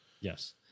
Yes